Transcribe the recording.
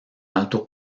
alto